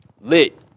lit